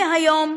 מכיוון